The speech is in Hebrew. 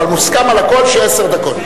אבל מוסכם על הכול שעשר דקות.